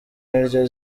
niryo